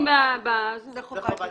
תקשיבי, אני לא רוצה להיחשף,